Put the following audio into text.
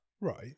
Right